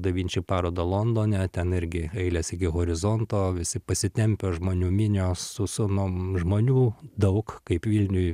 davinči parodą londone ten irgi eiles iki horizonto visi pasitempę žmonių minios su sūnum žmonių daug kaip vilniuj